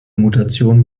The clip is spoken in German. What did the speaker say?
mutation